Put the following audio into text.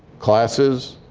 classes,